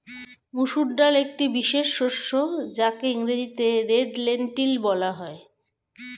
মুসুর ডাল একটি বিশেষ শস্য যাকে ইংরেজিতে রেড লেন্টিল বলা হয়